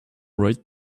right